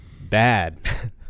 bad